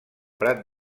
prat